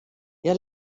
hja